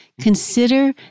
Consider